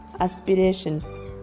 aspirations